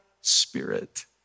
spirit